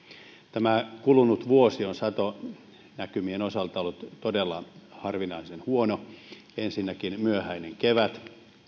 tämä kulunut vuosi on satonäkymien osalta ollut todella harvinaisen huono ensinnäkin myöhäinen kevät